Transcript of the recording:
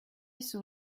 sur